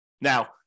Now